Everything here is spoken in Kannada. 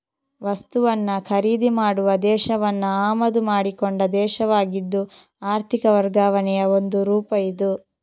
ವಸ್ತುವನ್ನ ಖರೀದಿ ಮಾಡುವ ದೇಶವನ್ನ ಆಮದು ಮಾಡಿಕೊಂಡ ದೇಶವಾಗಿದ್ದು ಆರ್ಥಿಕ ವರ್ಗಾವಣೆಯ ಒಂದು ರೂಪ ಇದು